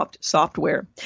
software